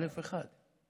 א'1.